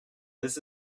this